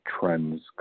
trends